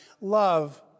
love